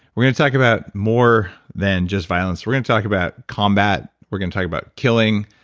we're gonna talk about more than just violence. we're gonna talk about combat. we're gonna talk about killing.